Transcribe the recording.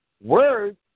words